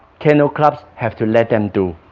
kennel clubs have to let them do